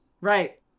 Right